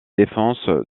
défense